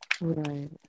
Right